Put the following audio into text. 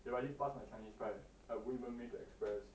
if I didn't pass my chinese right I won't even make it to express